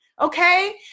Okay